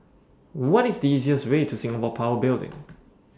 What IS The easiest Way to Singapore Power Building